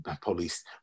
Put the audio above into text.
police